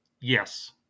Yes